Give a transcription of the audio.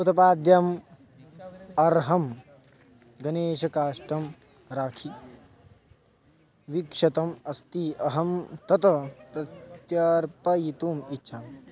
उतपाद्यम् अर्हं गनेशकाष्टं राखि विक्षतम् अस्ति अहं तत् प्रत्यर्पयितुम् इच्छामि